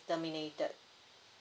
terminated